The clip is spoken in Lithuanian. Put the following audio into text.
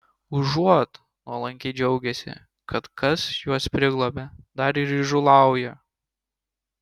užuot nuolankiai džiaugęsi kad kas juos priglobė dar ir įžūlauja